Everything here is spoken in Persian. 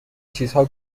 چیزها